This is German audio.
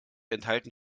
enthalten